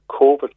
COVID